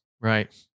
Right